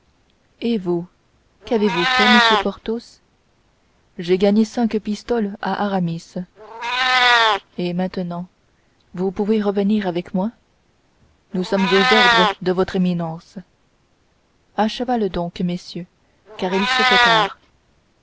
et vous qu'avez-vous fait monsieur porthos j'ai gagné cinq pistoles à aramis et maintenant vous pouvez revenir avec moi nous sommes aux ordres de votre éminence à cheval donc messieurs car il se fait tard